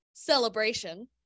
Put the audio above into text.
celebration